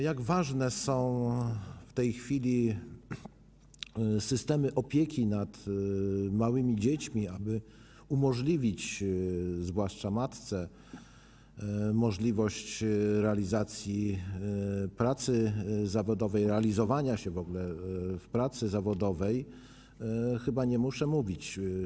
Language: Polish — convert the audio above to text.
Jak ważne są w tej chwili systemy opieki nad małymi dziećmi, aby umożliwić, zwłaszcza matce, pracę zawodową, realizowanie się w ogóle w pracy zawodowej, chyba nie muszę mówić.